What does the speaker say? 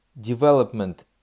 development